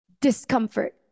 discomfort